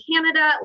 Canada